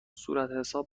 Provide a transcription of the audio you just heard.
صورتحساب